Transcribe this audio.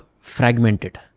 fragmented